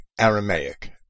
Aramaic